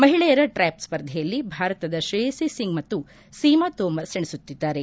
ಮಹಿಳೆಯರ ಟ್ರಾಪ್ ಸ್ಪರ್ಧೆಯಲ್ಲಿ ಭಾರತದ ಶ್ರೇಯಸಿ ಸಿಂಗ್ ಮತ್ತು ಸೀಮಾ ತೋಮರ್ ಸೆಣಸುತ್ತಿದ್ದಾರೆ